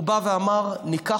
הוא אמר: ניקח